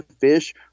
fish